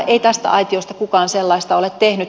ei tästä aitiosta kukaan sellaista ole tehnyt